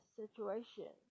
situation